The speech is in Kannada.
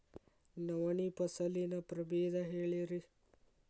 ನವಣಿ ಫಸಲಿನ ಪ್ರಭೇದ ಹೇಳಿರಿ